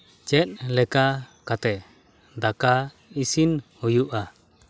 ᱪᱮᱫ ᱞᱮᱠᱟ ᱠᱟᱛᱮᱫ ᱫᱟᱠᱟ ᱤᱥᱤᱱ ᱦᱩᱭᱩᱜᱼᱟ